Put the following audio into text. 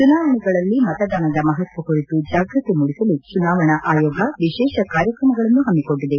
ಚುನಾವಣೆಗಳಲ್ಲಿ ಮತದಾನದ ಮಹತ್ವ ಕುರಿತು ಜಾಗೃತಿ ಮೂಡಿಸಲು ಚುನಾವಣಾ ಆಯೋಗ ವಿಶೇಷ ಕಾರ್ಯಕ್ರಮಗಳನ್ನು ಹಮ್ಮಿಕೊಂಡಿದೆ